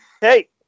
Hey